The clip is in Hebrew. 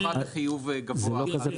כרוכה בחיוב גבוה.